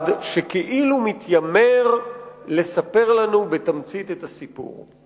שכאילו מתיימר לספר לנו בתמצית את הסיפור.